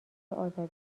ازاده